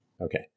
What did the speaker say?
Okay